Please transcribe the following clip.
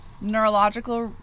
neurological